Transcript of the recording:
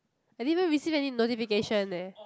I didn't even receive any notification eh